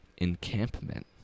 encampment